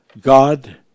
God